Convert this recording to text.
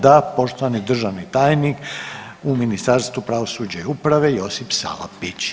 Da, poštovani državni tajnik u Ministarstvu pravosuđa i uprave, Josip Salapić.